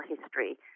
history